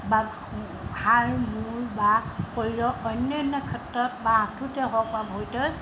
বা হাড় মূৰ বা শৰীৰৰ অন্যান্য ক্ষেত্ৰত বা আঁঠুতে হওক বা ভৰিতে হওক